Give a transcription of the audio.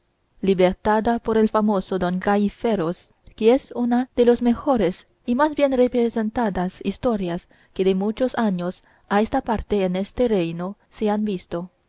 libertada por el famoso don gaiferos que es una de las mejores y más bien representadas historias que de muchos años a esta parte en este reino se han visto